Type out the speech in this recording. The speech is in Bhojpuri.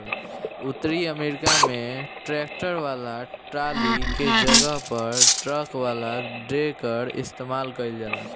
उतरी अमेरिका में ट्रैक्टर वाला टाली के जगह पर ट्रक वाला डेकर इस्तेमाल कईल जाला